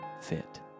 fit